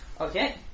Okay